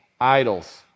idols